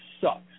sucks